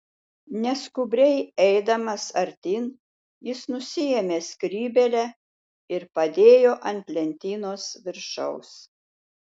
neskubriai eidamas artyn jis nusiėmė skrybėlę ir padėjo ant lentynos viršaus